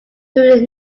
through